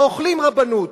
לא אוכלים "רבנות",